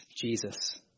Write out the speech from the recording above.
Jesus